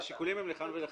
השיקולים הם לכאן ולכאן.